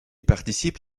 participent